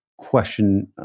Question